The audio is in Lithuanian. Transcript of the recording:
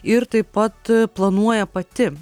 ir taip pat planuoja pati